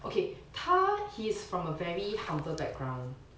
okay 他 he's from a very humble background